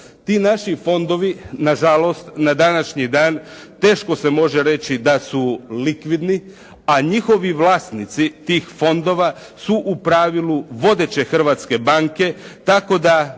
Ti naši fondovi, na žalost na današnji dan teško se može reći da su likvidni, a njihovi vlasnici tih fondova, su u pravilu vodeće hrvatske banke, tako da